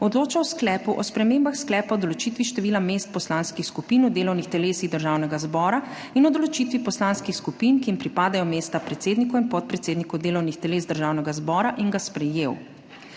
odločal o sklepu o spremembah Sklepa o določitvi števila mest poslanskih skupin v delovnih telesih Državnega zbora in o določitvi poslanskih skupin, ki jim pripadajo mesta predsednikov in podpredsednikov delovnih teles Državnega zbora, in ga sprejel.